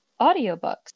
audiobooks